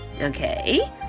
Okay